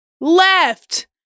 Left